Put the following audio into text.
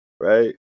right